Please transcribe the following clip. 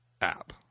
app